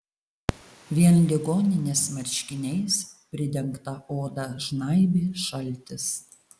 vien ligoninės marškiniais pridengtą odą žnaibė šaltis